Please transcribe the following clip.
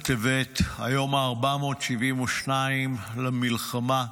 בטבת, היום ה-472 למלחמה,